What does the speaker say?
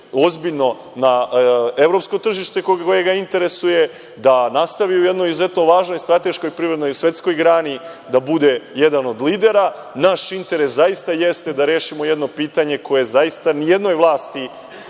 ozbiljno na evropsko tržište koje ga interesuje, da nastavi u jednoj izuzetno važnoj strateškoj privrednoj i svetskoj grani, da bude jedan od lidera, a naš interes zaista jeste da rešimo jedno pitanje koje zaista ni jednoj vlasti